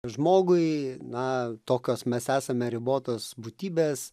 žmogui na tokios mes esame ribotos būtybės